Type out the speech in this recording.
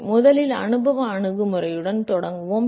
எனவே முதலில் அனுபவ அணுகுமுறையுடன் தொடங்குவோம்